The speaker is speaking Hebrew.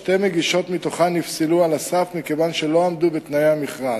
שתיים מהן נפסלו על הסף מכיוון שלא עמדו בתנאי המכרז.